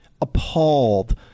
appalled